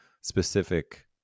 specific